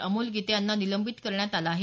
अमोल गिते यांना निलंबित करण्यात आलं आहे